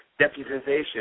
deputization